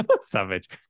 Savage